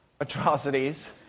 atrocities